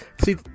see